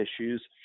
issues